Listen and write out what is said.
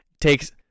takes